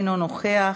אינו נוכח,